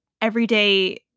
everyday